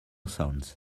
sons